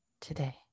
today